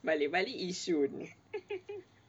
balik-balik yishun